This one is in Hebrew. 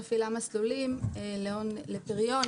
מפעילה מסלולים לפריון,